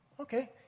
Okay